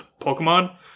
Pokemon